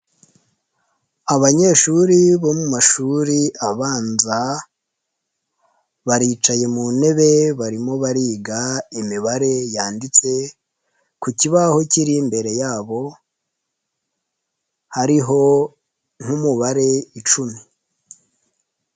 Abanyeshuri bo mu mashuri abanza baricaye mu ntebe barimo bariga imibare yanditse ku kibaho kiri imbere yabo hariho nk'umubare icumi.